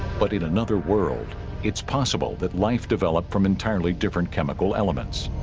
but in another world it's possible that life developed from entirely different chemical elements